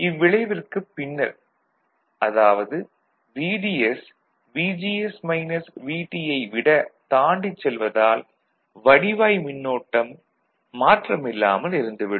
இவ்விளைவிற்குப் பின்னர் அதாவது VDS VGS - VT யைவிட தாண்டிச் செல்வதால் வடிவாய் மின்னோட்டம் மாற்றம் இல்லாமல் இருந்து விடும்